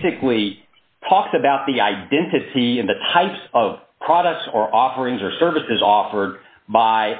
basically talks about the identity of the types of products or offerings or services offered by